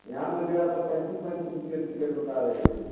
यहाँ मैं जा रहा था पैंतीस पैंतीस रुपये टिकट बता रहे थे